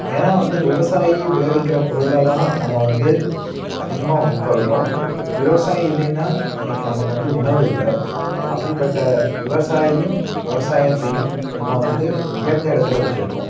ஏன்னா வந்து விவசாயி விளைவிக்கிற பொருளை தான் நம்ம வந்து அதிகமாக உட்கொள்கிறோம் விவசாயி இல்லைனா இன்னைக்கு நமக்கு வந்து உணவு இல்லை அப்படிப்பட்ட விவசாயியும் விவசாயத்தையும் நம்ம வந்து உயர்ந்த இடத்தில் வச்சிருக்கோம்